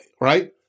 right